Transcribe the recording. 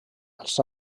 els